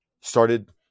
started